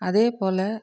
அதேப்போல்